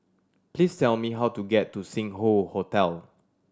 please tell me how to get to Sing Hoe Hotel